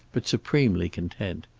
but supremely content.